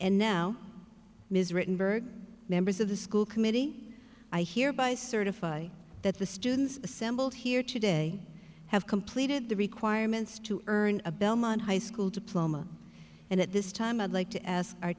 and now ms rittenberg members of the school committee i hereby certify that the students assembled here today have completed the requirements to earn a belmont high school diploma and at this time i'd like to ask